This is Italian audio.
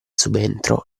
subentro